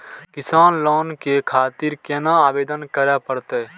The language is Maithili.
किसान लोन के खातिर केना आवेदन करें परतें?